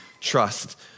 trust